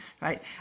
right